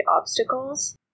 obstacles